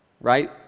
right